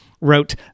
wrote